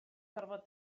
gorfod